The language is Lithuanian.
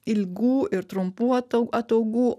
ilgų ir trumpų at ataugų